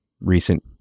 recent